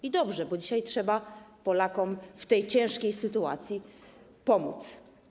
I dobrze, bo dzisiaj trzeba Polakom w tej ciężkiej sytuacji pomóc.